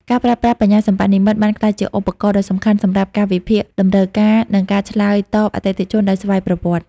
ការប្រើប្រាស់បញ្ញាសិប្បនិម្មិតបានក្លាយជាឧបករណ៍ដ៏សំខាន់សម្រាប់ការវិភាគតម្រូវការ និងការឆ្លើយតបអតិថិជនដោយស្វ័យប្រវត្តិ។